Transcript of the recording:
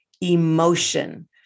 emotion